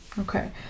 okay